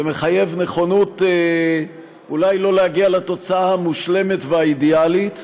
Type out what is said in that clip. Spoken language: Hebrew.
ומחייב גם נכונות אולי לא להגיע לתוצאה המושלמת והאידיאלית,